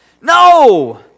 No